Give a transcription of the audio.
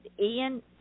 Ian